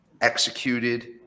executed